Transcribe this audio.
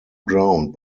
ground